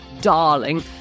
darling